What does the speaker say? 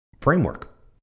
framework